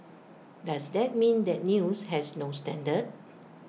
does that mean that news has no standard